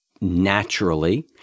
naturally